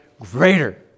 greater